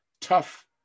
tough